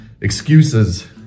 excuses